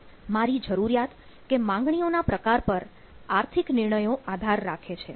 મારી જરૂરિયાત કે માંગણીઓના પ્રકાર પર આર્થિક નિર્ણયો આધાર રાખે છે